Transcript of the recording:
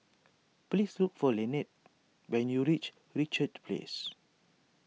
please look for Lynette when you reach Richards Place